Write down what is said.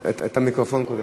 את המיקרופון קודם,